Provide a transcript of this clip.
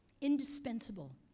Indispensable